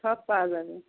সব পাওয়া যাবে